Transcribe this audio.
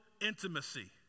intimacy